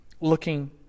looking